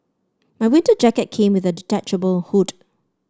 my winter jacket came with a detachable hood